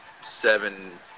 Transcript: seven